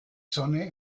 sonne